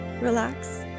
relax